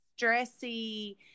stressy